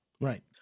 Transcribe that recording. Right